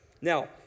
Now